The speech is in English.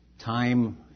time